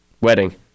Wedding